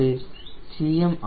237